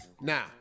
Now